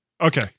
Okay